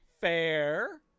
Fair